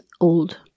old